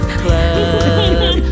club